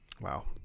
Wow